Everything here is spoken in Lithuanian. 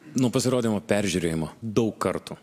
nuo pasirodymo peržiūrėjimo daug kartų